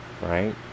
Right